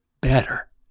better